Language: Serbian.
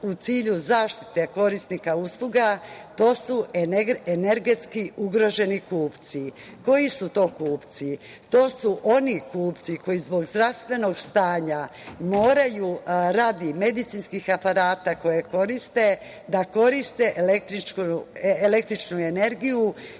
u cilju zaštite korisnika usluga, to su energetski ugroženi kupci. Koji su to kupci to su oni kupci zbog zdravstvenog stanja moraju radi medicinskih aparat koje koriste da koriste električnu energiju